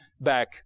back